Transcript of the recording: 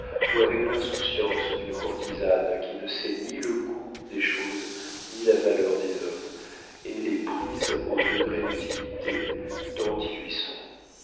ou avec l'insouciance d'une courtisane qui ne sait ni le coût des choses ni la valeur des hommes et les prise au degré d'utilité dont ils lui sont